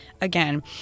again